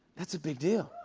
that's a big deal.